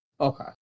okay